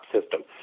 system